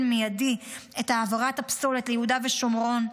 מיידי את העברת הפסולת ליהודה ושומרון,